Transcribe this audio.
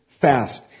fast